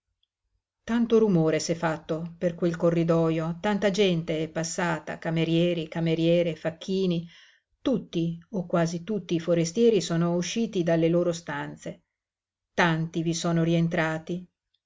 tanto rumore s'è fatto per quel corridojo tanta gente è passata camerieri cameriere facchini tutti o quasi tutti i forestieri sono usciti dalle loro stanze tanti vi sono rientrati